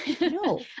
no